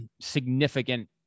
significant